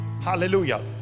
Hallelujah